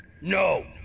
No